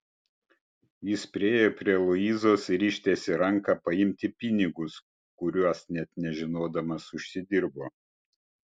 jis priėjo prie luizos ir ištiesė ranką paimti pinigus kuriuos net nežinodamas užsidirbo